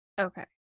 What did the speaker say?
Okay